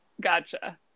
Gotcha